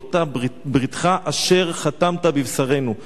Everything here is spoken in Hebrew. לאותה "בריתך אשר חתמת בבשרנו".